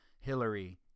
Hillary